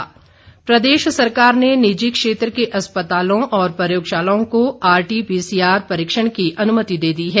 निपुण जिंदल प्रदेश सरकार ने निजी क्षेत्र के अस्पतालों और प्रयोगशालाओं को आरटी पीसीआर परीक्षण की अनुमति दे दी है